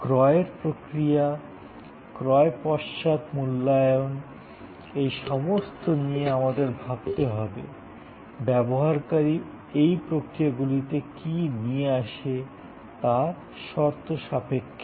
ক্রয়ের প্রক্রিয়া ক্রয় পশ্চাৎ মূল্যায়ন এই সমস্ত নিয়ে আমাদের ভাবতে হবে ব্যবহারকারী এই প্রক্রিয়াগুলিতে কী নিয়ে আসে তার শর্ত সাপেক্ষে